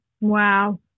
Wow